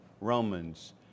Romans